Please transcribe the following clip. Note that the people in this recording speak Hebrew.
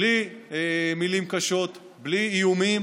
בלי מילים קשות, בלי איומים